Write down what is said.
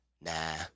nah